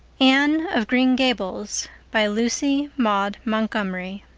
anne of green gables by lucy maud montgomery